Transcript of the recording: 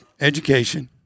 education